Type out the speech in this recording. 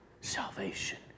salvation